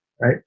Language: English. Right